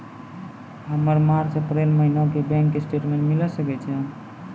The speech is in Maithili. हमर मार्च अप्रैल महीना के बैंक स्टेटमेंट मिले सकय छै?